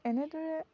এনেদৰে